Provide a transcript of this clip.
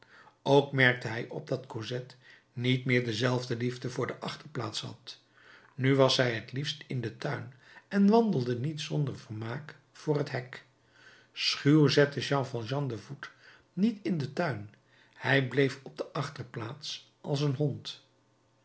ook merkte hij op dat cosette niet meer dezelfde liefde voor de achterplaats had nu was zij het liefst in den tuin en wandelde niet zonder vermaak voor het hek schuw zette jean valjean den voet niet in den tuin hij bleef op zijn achterplaats als de hond